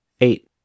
Eight